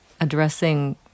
addressing